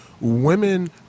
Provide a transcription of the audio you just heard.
women